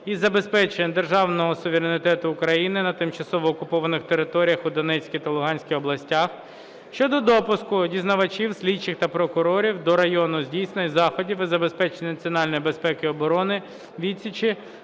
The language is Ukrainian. із забезпечення державного суверенітету України на тимчасово окупованих територіях у Донецькій та Луганській областях" щодо допуску дізнавачів, слідчих та прокурорів до району здійснення заходів і забезпечення національної безпеки і оборони, відсічі